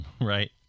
right